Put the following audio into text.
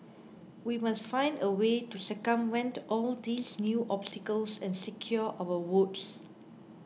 we must find a way to circumvent all these new obstacles and secure our votes